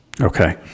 Okay